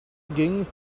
ging